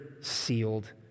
sealed